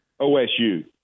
OSU